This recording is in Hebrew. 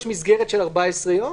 יש מסגרת של 14 יום,